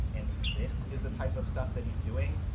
and this is the type of stuff that he's doing?